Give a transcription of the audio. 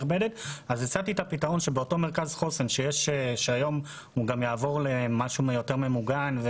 הצעתי את הפתרון לגבי אותו מרכז חוסן שהיום גם יעבור למשהו יותר ממוגן,